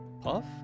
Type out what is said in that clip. puff